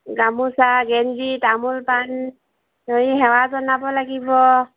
গামোচা গেঞ্জি তামোল পাণ ধৰি সেৱা জনাব লাগিব